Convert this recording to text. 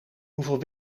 hoeveel